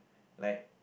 like